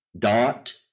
dot